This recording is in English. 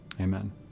amen